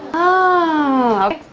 oh.